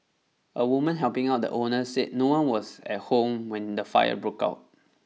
a woman helping out the owner said no one was at home when the fire broke out